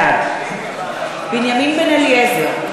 בעד בנימין בן-אליעזר,